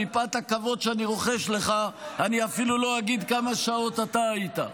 מפאת הכבוד שאני רוחש לך אני אפילו לא אגיד כמה שעות אתה היית.